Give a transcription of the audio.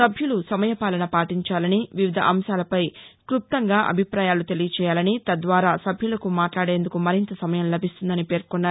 సభ్యులు సమయపాలన పాటించాలని వివిధ అంశాలపై క్లుప్తంగా అభిప్రాయాలు తెలియజేయాలని తద్వారా సభ్యులకు మాట్లాడేందుకు మరింత సమయం లభిస్తుందని పేర్కొన్నారు